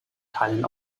teilen